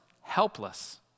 helpless